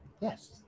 yes